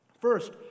First